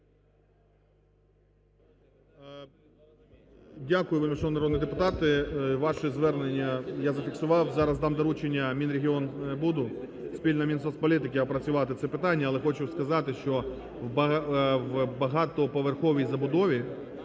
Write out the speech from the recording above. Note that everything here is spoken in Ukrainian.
Дякую, вельмишановні народні депутати, ваші звернення я зафіксував, зараз дам доручення Мінрегіонбуду, спільно з Мінсоцполітики, опрацювати це питання. Але хочу сказати, що в багатоповерховій забудові